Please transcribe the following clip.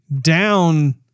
down